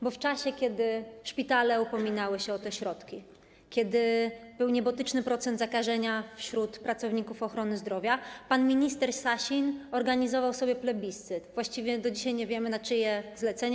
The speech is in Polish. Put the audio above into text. Bo w czasie, kiedy szpitale upominały się o te środki, kiedy był niebotyczny procent zakażenia wśród pracowników ochrony zdrowia, pan minister Sasin organizował sobie plebiscyt, właściwie do dzisiaj nie wiemy na czyje zlecenie.